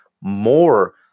more